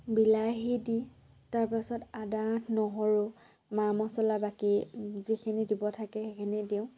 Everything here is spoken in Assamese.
বিলাহী দি তাৰপাছত আদা নহৰু মা মচলা বাকী যিখিনি দিব থাকে সেইখিনি দিওঁ